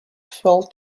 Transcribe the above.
fell